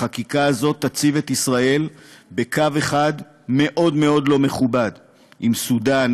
החקיקה הזו תציב את ישראל בקו אחד מאוד לא מכובד עם סודאן,